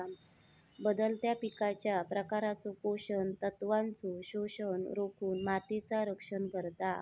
बदलत्या पिकांच्या प्रकारचो पोषण तत्वांचो शोषण रोखुन मातीचा रक्षण करता